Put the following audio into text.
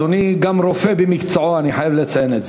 אדוני גם רופא במקצועו, אני חייב לציין את זה.